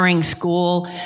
school